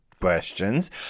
questions